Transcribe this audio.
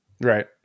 Right